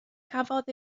cafodd